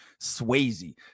Swayze